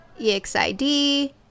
EXID